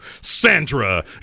Sandra